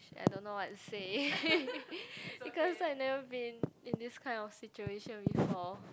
!shit! I don't know what to say because I never been in this kind of situation before